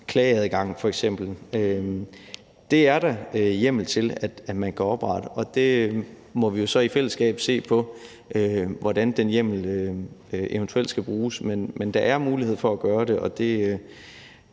klageadgang er der hjemmel til, at man kan oprette det, og så må vi jo i fællesskab se på, hvordan den hjemmel eventuelt skal bruges. Men der er mulighed for at gøre det,